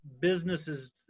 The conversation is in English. businesses